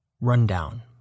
RUNDOWN